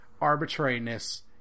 arbitrariness